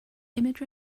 image